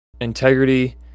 integrity